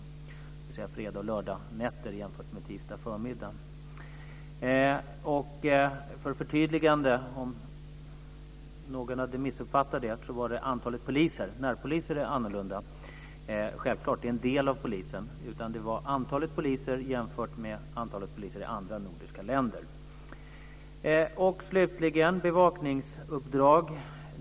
Det begås fler brott under fredag och lördagnätter än under tisdagförmiddagar. Om någon har missuppfattat mig ska jag göra ett förtydligande. Det gällde antalet poliser. Det är självklart annorlunda när det gäller närpoliser. De är en del av polisen. Det handlade om antalet poliser i Sverige jämfört med antalet poliser i andra nordiska länder. Sedan ska jag ta upp bevakningsuppdragen.